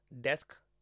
desk